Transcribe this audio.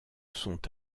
sont